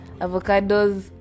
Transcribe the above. Avocados